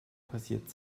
passiert